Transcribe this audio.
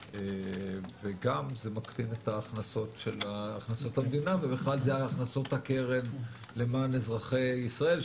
וגם זה מקטין את הכנסות המדינה ובכלל זה הכנסות הקרן למען אזרחי ישראל,